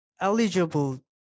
eligible